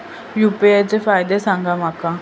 UPI चे फायदे सांगा माका?